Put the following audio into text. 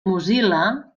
mozilla